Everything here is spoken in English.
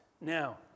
Now